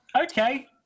Okay